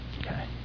Okay